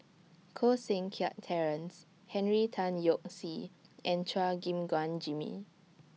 Koh Seng Kiat Terence Henry Tan Yoke See and Chua Gim Guan Jimmy